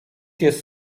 jest